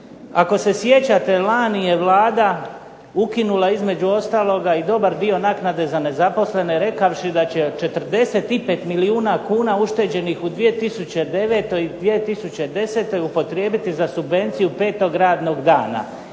Ako se sjećate lani je Vlada ukinula između ostaloga i dobar dio naknade za nezaposlene rekavši da će 45 milijuna kuna ušteđenih u 2009. i 2010. upotrijebiti za subvenciju petog radnog dana.